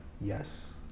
yes